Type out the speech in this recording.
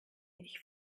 ich